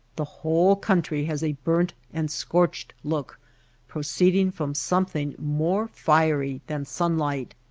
the whole country has a burnt and scorched look proceeding from something more fiery than sunlight.